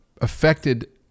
affected